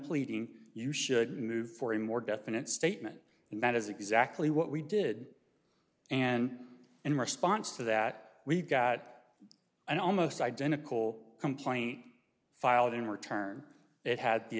pleading you should move for a more definite statement and that is exactly what we did and in response to that we got an almost identical complaint filed in return it had the